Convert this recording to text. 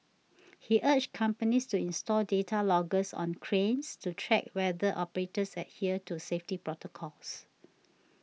he urged companies to install data loggers on cranes to track whether operators adhere to safety protocols